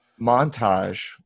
montage